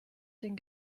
den